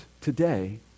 today